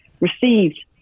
received